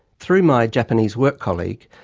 through my japanese work-colleague,